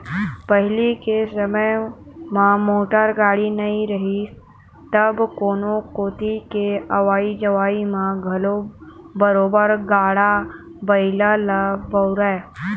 पहिली के समे म मोटर गाड़ी नइ रिहिस तब कोनो कोती के अवई जवई म घलो बरोबर गाड़ा बइला ल बउरय